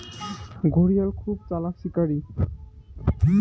ঘড়িয়াল খুব চালাক শিকারী